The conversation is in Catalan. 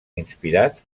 inspirats